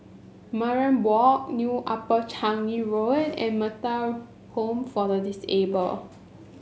Mariam Walk New Upper Changi Road and Metta Home for the Disabled